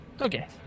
Okay